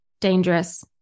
dangerous